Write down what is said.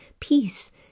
peace